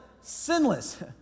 sinless